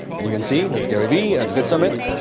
and you can see, that gary vee at the vidsummit.